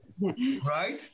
right